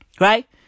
Right